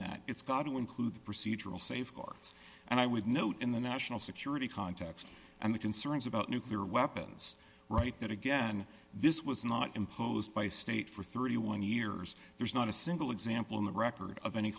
that it's got to include the procedural safeguards and i would note in the national security context and the concerns about nuclear weapons right that again this was not imposed by state for thirty one years there's not a single example in the record of any